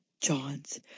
Johns